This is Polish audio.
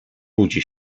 budzi